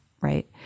right